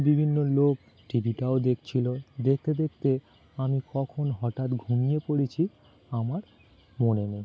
বিভিন্ন লোক টিভিটাও দেখছিলো দেখতে দেখতে আমি কখন হঠাৎ ঘুমিয়ে পড়েছি আমার মনে নেই